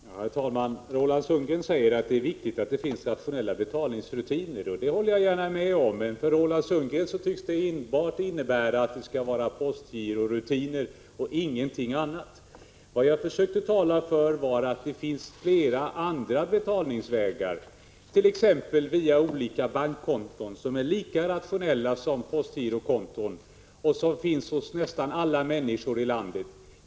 Herr talman! Roland Sundgren säger att det är viktigt att det finns rationella betalningsrutiner. Det håller jag gärna med om, men för Roland Sundgren tycks detta innebära att det skall vara enbart postgirorutiner och ingenting annat. Vad jag försökte tala för var att det finns flera andra betalningsvägar, t.ex. via olika bankkonton, som är lika rationella som postgirokonton och som finns hos nästan alla människor i landet.